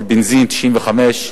של בנזין 95,